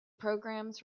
programs